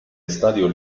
estadio